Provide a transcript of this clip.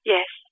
Yes